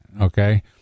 Okay